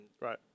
Right